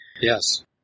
Yes